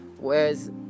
Whereas